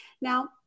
now